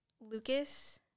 Lucas